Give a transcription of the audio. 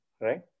right